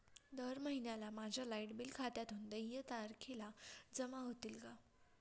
दर महिन्याला माझ्या लाइट बिल खात्यातून देय तारखेला जमा होतील का?